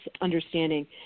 understanding